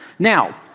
now,